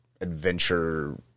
adventure